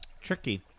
Tricky